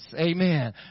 Amen